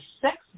sex